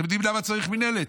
אתם יודעים למה צריך מינהלת?